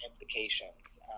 implications